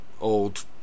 old